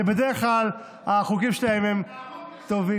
ובדרך כלל החוקים שלהם הם טובים.